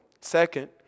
Second